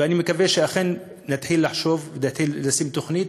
ואני מקווה שאכן נתחיל לחשוב ונתחיל לעשות תוכנית.